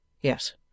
Yes